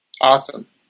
Awesome